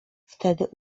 wtedy